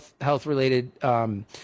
health-related